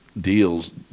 deals